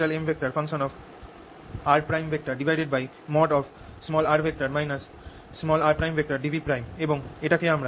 dV এবং এটাকে আমরা Kr